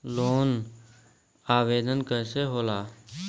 Loan आवेदन कैसे होला?